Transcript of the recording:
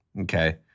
Okay